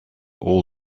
all